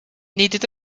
needed